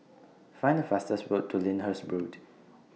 Find The fastest word to Lyndhurst Road